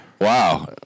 Wow